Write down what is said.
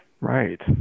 right